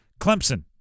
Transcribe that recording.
Clemson